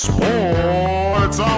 Sports